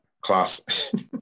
class